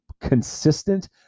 consistent